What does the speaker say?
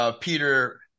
Peter